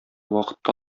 вакытта